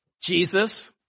Jesus